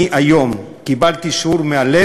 אני קיבלתי היום שיעור מאלף